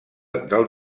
del